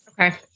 Okay